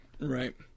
Right